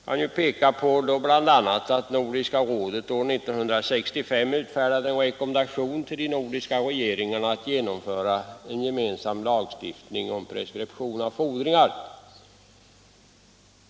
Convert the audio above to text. Jag kan bl.a. peka på att Nordiska rådet år 1965 utfärdade en rekommendation till de nordiska regeringarna att genomföra en gemensam lagstiftning om preskription av fordringar.